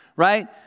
right